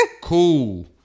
cool